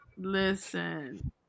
Listen